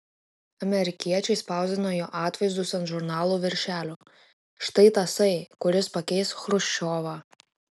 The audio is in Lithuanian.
amerikiečiai spausdino jo atvaizdus ant žurnalų viršelių štai tasai kuris pakeis chruščiovą